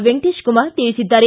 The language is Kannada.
ವೆಂಕಟೇಶ ಕುಮಾರ್ ತಿಳಿಸಿದ್ದಾರೆ